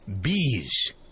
Bees